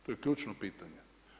To je ključno pitanje.